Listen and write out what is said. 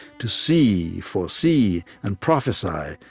to see, foresee, and prophesy,